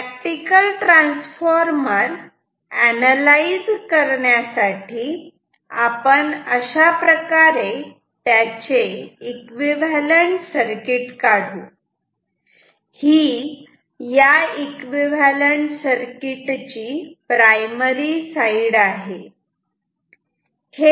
practical transformer analyse करण्यासाठी आपण अशा प्रकारे त्याचे एकविव्हॅलंट सर्किट काढू ही या एकविव्हॅलंट सर्किट ची प्रायमरी साइड आहे